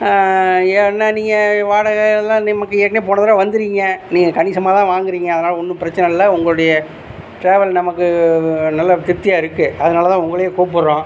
ஏன்னால் நீங்கள் வாடகை எல்லாம் நமக்கு ஏற்கனேவே போன தடவை வந்திருக்கீங்க நீங்கள் கணிசமாதான் வாங்கறீங்க அதனால் ஒன்றும் பிரச்சனை இல்லை உங்களோடைய டிராவல் நமக்கு நல்லா திருப்தியா இருக்குது அதனாலதான் உங்களே கூப்பிடுறோம்